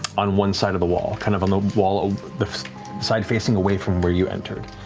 on one side of the wall, kind of on the wall, the side facing away from where you entered.